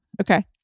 Okay